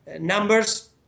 numbers